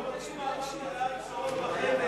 אנחנו יודעים מה אמרת לאריק שרון בחדר,